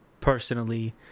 personally